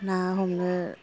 ना हमनो